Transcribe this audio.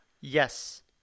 Yes